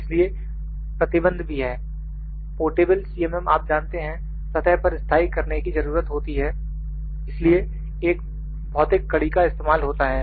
इसलिए प्रतिबंध भी है पोर्टेबल सीएमएम आप जानते हैं सतह पर स्थाई करने की जरूरत होती है इसलिए एक भौतिक कड़ी का इस्तेमाल होता है